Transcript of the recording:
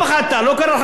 לא קרה לך כלום,